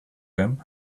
him